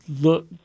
look